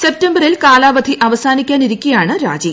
സെപ്തംബറിൽ കാലാവധി അവസാനിക്കാനിരിക്കെയാണ് രാജി